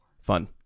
fun